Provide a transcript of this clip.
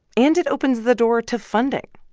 and it opens the door to funding.